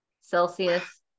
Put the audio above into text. Celsius